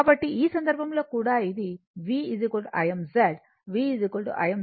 కాబట్టి ఈ సందర్భంలో కూడా ఇది v Im Z v Im Z sin ω t θ అవుతుంది